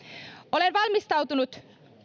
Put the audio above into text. olen valmistautunut